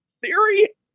Theory